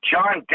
John